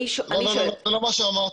--- זה לא מה שאמרתי.